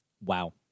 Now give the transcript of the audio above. Wow